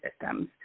systems